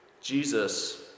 Jesus